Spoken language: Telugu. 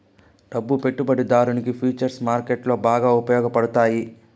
డబ్బు పెట్టుబడిదారునికి ఫుచర్స్ మార్కెట్లో బాగా ఉపయోగపడతాయి